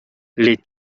les